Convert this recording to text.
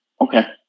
okay